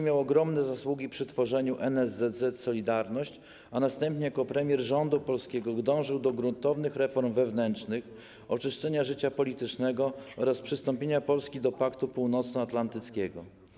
Miał ogromne zasługi przy tworzeniu NSZZ ˝Solidarność˝, a następnie jako premier rządu polskiego dążył do gruntownych reform wewnętrznych, oczyszczenia życia politycznego oraz przystąpienia Polski do Paktu Północnoatlantyckiego.